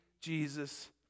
Jesus